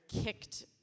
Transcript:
kicked